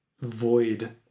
void